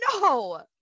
No